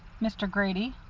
mr. grady,